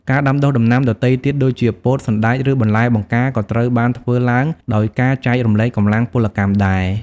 ការដាំដុះដំណាំដទៃទៀតដូចជា ពោត សណ្ដែក ឬបន្លែបង្ការក៏ត្រូវបានធ្វើឡើងដោយការចែករំលែកកម្លាំងពលកម្មដែរ។